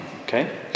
okay